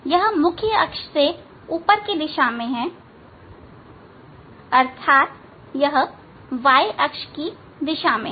यह मुख्य अक्ष से ऊपर की दिशा में है अर्थात् यह y अक्ष की दिशा में है